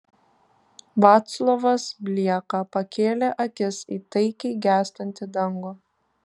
vaclovas blieka pakėlė akis į taikiai gęstantį dangų